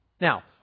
Now